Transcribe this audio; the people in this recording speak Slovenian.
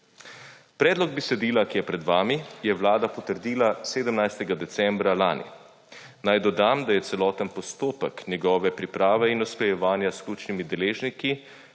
Predlog besedila, ki je pred vami, je Vlada potrdila 17. decembra lani. Naj dodam, da je celoten postopek njegove priprave in usklajevanja s ključnimi deležniki